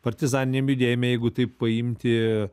partizaniniam judėjime jeigu taip paimti